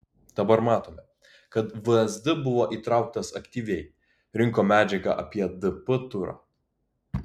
dabar matome kad vsd buvo įtrauktas aktyviai rinko medžiagą apie dp turą